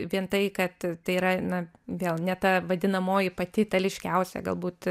vien tai kad tai yra na vėl ne ta vadinamoji pati ryškiausia galbūt